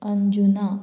Anjuna